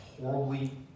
horribly